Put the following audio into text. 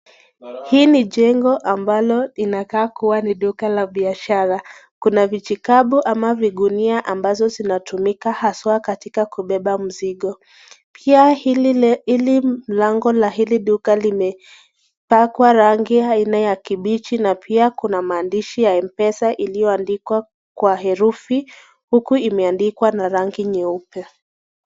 Hii ni Jengo ambalo inakaa kuwa ni duka la biashara, Kuna vijikabu ama vigunia ambazo zinatumika ama inatumika kubeba mzigo, Pia hili mlango wa hili duka limepakwa rangi ya aina ya kibichi na pia kuna maandishi ya mpesa iliyoandikwa kwa herufi, huku imeandikwa kwa rangi nyeupe.